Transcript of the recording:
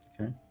Okay